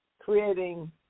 creating